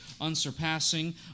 unsurpassing